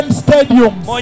stadiums